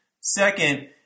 Second